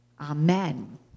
Amen